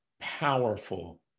powerful